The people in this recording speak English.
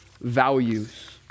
values